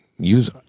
Use